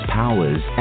powers